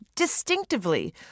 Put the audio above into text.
Distinctively